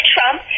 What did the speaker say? Trump